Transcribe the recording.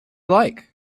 like